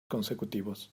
consecutivos